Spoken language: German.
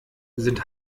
sind